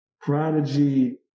prodigy